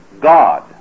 God